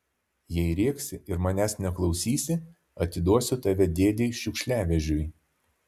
jei rėksi ir manęs neklausysi atiduosiu tave dėdei šiukšliavežiui